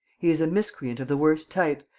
he is a miscreant of the worst type,